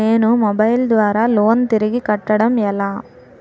నేను మొబైల్ ద్వారా లోన్ తిరిగి కట్టడం ఎలా?